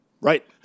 Right